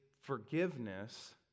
forgiveness